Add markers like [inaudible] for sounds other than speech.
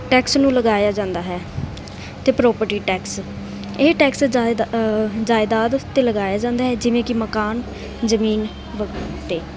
tax ਨੂੰ ਲਗਾਇਆ ਜਾਂਦਾ ਹੈ ਅਤੇ ਪ੍ਰੋਪਰਟੀ ਟੈਕਸ ਇਹ ਟੈਕਸ ਜਾਇਦ ਜਾਇਦਾਦ ਉੱਤੇ ਲਗਾਇਆ ਜਾਂਦਾ ਹੈ ਜਿਵੇਂ ਕਿ ਮਕਾਨ ਜਮੀਨ [unintelligible]